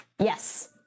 Yes